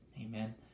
Amen